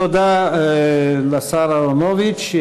תודה לשר אהרונוביץ.